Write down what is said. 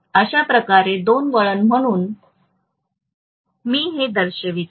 अशा प्रकारे दोन वळण म्हणून मी हे दर्शवितो